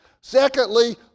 Secondly